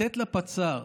לתת לפצ"ר